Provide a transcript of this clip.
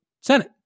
senate